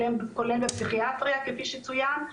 כולל בפסיכיאטריה כפי שצוין,